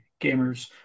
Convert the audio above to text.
gamers